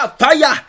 fire